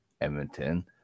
Edmonton